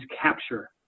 capture